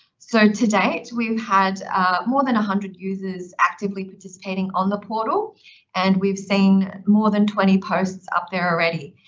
so to date we've had more than a hundred users actively participating on the portal and we've seen more than twenty posts up there already.